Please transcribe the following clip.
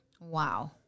wow